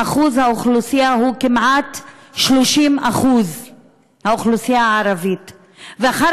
שיעור האוכלוסייה הערבית הוא כמעט 30%. ואחר